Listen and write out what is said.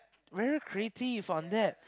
very creative on that